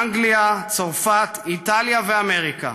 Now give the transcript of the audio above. אנגליה, צרפת, איטליה ואמריקה,